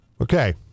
Okay